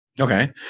Okay